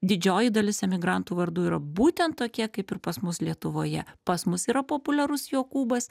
didžioji dalis emigrantų vardų yra būtent tokie kaip ir pas mus lietuvoje pas mus yra populiarus jokūbas